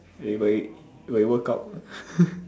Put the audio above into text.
everybody we work out